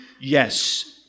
Yes